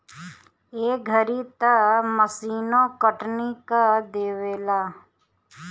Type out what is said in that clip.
ए घरी तअ मशीनो कटनी कअ देवेला